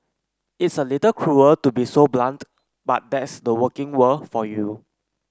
it's a little cruel to be so blunt but that's the working world for you